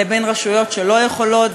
לבין רשויות שלא יכולות,